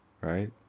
Right